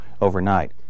overnight